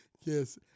Yes